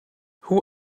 who